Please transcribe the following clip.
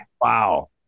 wow